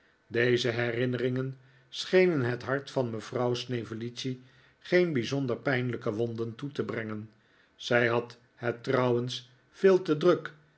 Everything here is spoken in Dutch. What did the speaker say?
deze herinneringen schenen het hart van mevrouw snevellicci geen bijzonder pijnlijke wonden toe te brengen zij had het trouwens veel te druk